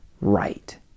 right